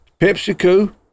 PepsiCo